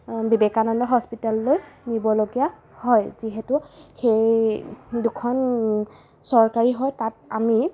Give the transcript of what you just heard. বিবেকানন্দ হস্পিটেললৈ নিবলগীয়া যিহেতু সেই দুখন চৰকাৰী হয় তাত আমি